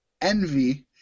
envy